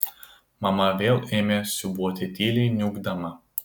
mama vėl ėmė siūbuoti tyliai niūkdama